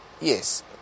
yes